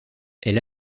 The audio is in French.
elle